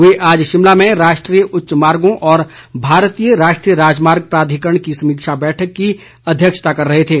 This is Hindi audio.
वे आज शिमला में राष्ट्रीय उच्च मार्गो और भारतीय राष्ट्रीय राजमार्ग प्राधिकरण की समीक्षा बैठक की अध्यक्षता कर रहे थे